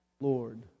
Lord